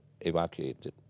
evacuated